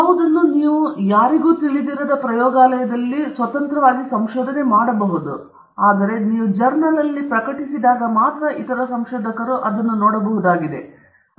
ಯಾರನ್ನೂ ನೀವು ಯಾರಿಗೂ ತಿಳಿಸಿರದ ಪ್ರಯೋಗಾಲಯದಲ್ಲಿ ನೀವು ಸಂಶೋಧನೆ ಮಾಡಬಹುದು ಆದ್ದರಿಂದ ಜನರು ಉಲ್ಲೇಖಿಸಲು ಔಪಚಾರಿಕವಾಗಿ ಲಭ್ಯವಿರುವಾಗ ಯಾವುದನ್ನಾದರೂ ಅಲ್ಲ ನೀವು ಜರ್ನಲ್ನಲ್ಲಿ ಪ್ರಕಟಿಸಿದಾಗ ಮಾತ್ರ ಇತರ ಸಂಶೋಧಕರು ನೋಡಬಹುದಾದ ವಿಷಯ